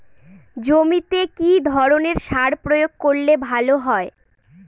জমিতে কি ধরনের সার প্রয়োগ করলে ভালো হয়?